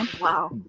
wow